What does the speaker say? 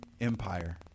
Empire